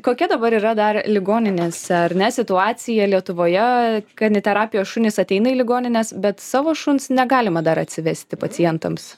kokia dabar yra dar ligoninėse ar ne situacija lietuvoje kaniterapijos šunys ateina į ligonines bet savo šuns negalima dar atsivesti pacientams